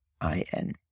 I-N